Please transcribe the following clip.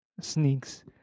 sneaks